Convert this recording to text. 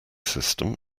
system